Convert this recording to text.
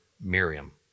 Miriam